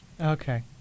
Okay